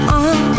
on